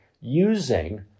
using